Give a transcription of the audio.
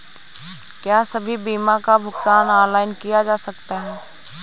क्या सभी बीमा का भुगतान ऑनलाइन किया जा सकता है?